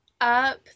Up